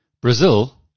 Brazil